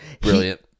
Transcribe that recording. brilliant